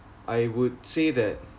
I would say that